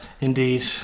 indeed